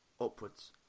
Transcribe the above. upwards